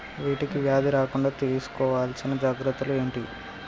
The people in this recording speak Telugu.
వీటికి వ్యాధి రాకుండా తీసుకోవాల్సిన జాగ్రత్తలు ఏంటియి?